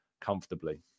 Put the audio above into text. comfortably